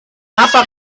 apa